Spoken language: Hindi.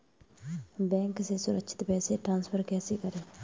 बैंक से सुरक्षित पैसे ट्रांसफर कैसे करें?